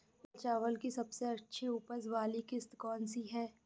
लाल चावल की सबसे अच्छी उपज वाली किश्त कौन सी है?